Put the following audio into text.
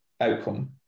outcome